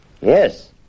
Yes